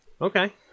Okay